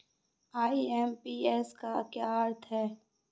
IMPS का क्या अर्थ है?